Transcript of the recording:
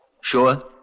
Sure